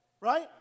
right